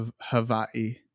Hawaii